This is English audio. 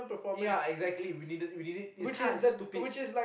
ya exactly we needed it we need it it's kind of stupid